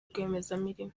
rwiyemezamirimo